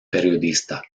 periodista